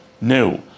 new